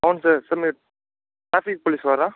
అవును sir sir మీరు traffic police వారా